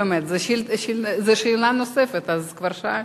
באמת, זאת שאלה נוספת, אז כבר שאלת.